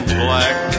black